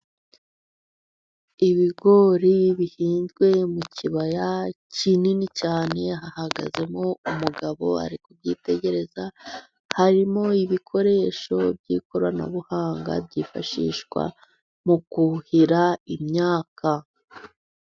Ibigori bihinzwe mu kibaya kinini cyane , hahagazemo umugabo , ari kubyitegereza. Harimo ibikoresho by'ikoranabuhanga byifashishwa mu kuhira imyaka.